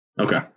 Okay